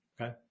Okay